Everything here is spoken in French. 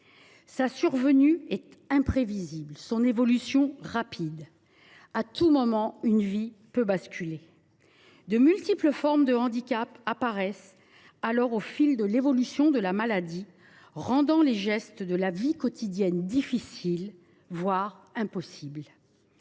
Sa survenue est imprévisible, son évolution rapide. À tout moment, une vie peut basculer. De multiples formes de handicap apparaissent alors au fil de l’évolution de la maladie, rendant les gestes de la vie quotidienne difficiles, voire impossibles.